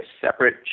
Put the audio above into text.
separate